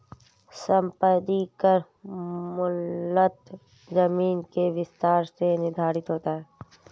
संपत्ति कर मूलतः जमीन के विस्तार से निर्धारित होता है